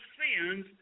sins